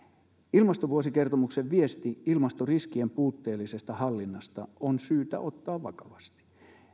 ilmastovuosikertomuksen viesti ilmastoriskien puutteellisesta hallinnasta on syytä ottaa vakavasti